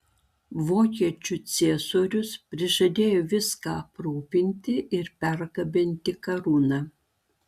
vokiečių ciesorius prižadėjo viską aprūpinti ir pergabenti karūną